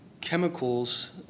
chemicals